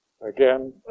Again